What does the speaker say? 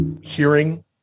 hearing